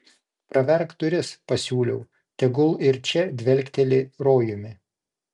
praverk duris pasiūliau tegul ir čia dvelkteli rojumi